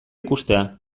ikustea